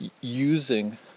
using